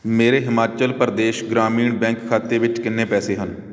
ਮੇਰੇ ਹਿਮਾਚਲ ਪ੍ਰਦੇਸ਼ ਗ੍ਰਾਮੀਣ ਬੈਂਕ ਖਾਤੇ ਵਿੱਚ ਕਿੰਨੇ ਪੈਸੇ ਹਨ